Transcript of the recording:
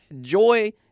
joy